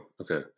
okay